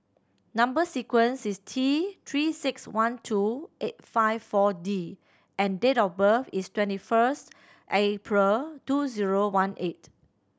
number sequence is T Three Six One two eight five Four D and date of birth is twenty first April two zero one eight